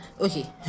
Okay